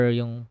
yung